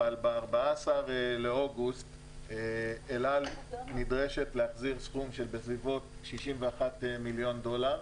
אבל ב-14 באוגוסט אל על נדרשת להחזיר סכום של בסביבות 61 מיליון דולר.